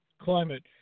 climate